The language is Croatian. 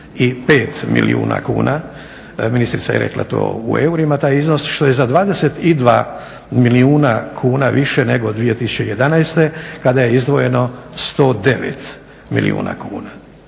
125 milijuna kuna, ministrica je rekla to u eurima taj iznos, što je za 22 milijuna kuna više nego 2011.kada je izdvojeno 109 milijuna kuna.